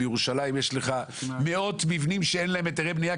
בירושלים יש מאות מבנים שאין להם היתרי בנייה,